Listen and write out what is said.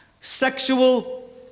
sexual